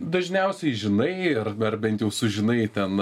dažniausiai žinai ar dar bent jau sužinai ten